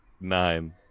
Nine